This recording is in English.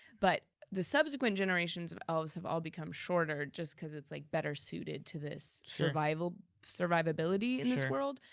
but the subsequent generations of elves have all become shorter just cause it's like, better suited to this survivability survivability in this world.